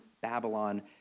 Babylon